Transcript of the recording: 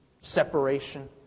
separation